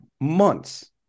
months